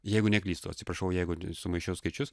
jeigu neklystu atsiprašau jeigu sumaišiau skaičius